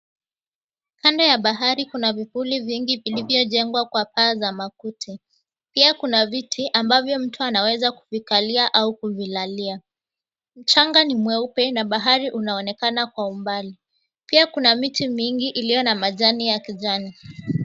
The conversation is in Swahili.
Kando ya bahari kuna vivuli vingi vilivyojengwa kwa paa za makuti. Pia kuna viti ambavyo mtu anaweza kuvikalia au kuvilalia. Mchanga ni mweupe, na bahari unaonekana kwa umbali. Pia kuna miti mingi, iliyo na majani ya kijani.